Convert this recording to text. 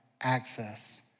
Access